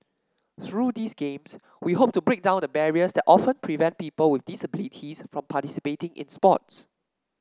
through these Games we hope to break down the barriers that often prevent people with disabilities from participating in sports